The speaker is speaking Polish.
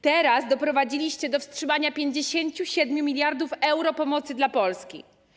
Teraz doprowadziliście do wstrzymania 57 mld euro pomocy dla Polski.